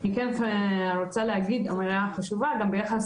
אני כן רוצה להגיד אמירה חשובה לגבי